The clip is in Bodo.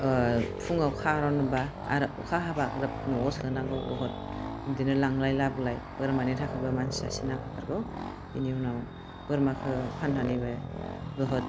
फुङाव खार'नबा आरो अखा हाबा ग्रोब न'वाव सोनांगौ बुहुत बिदिनो लांलाय लाबोलाय बोरमानि थाखायबो मानसि सासे नांखाथारगौ बेनि उनाव बोरमाखौ फाननानैबो बुहुत